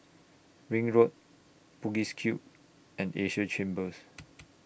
Ring Road Bugis Cube and Asia Chambers